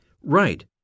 Right